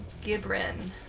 Gibran